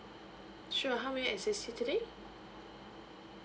sure how may I assist you today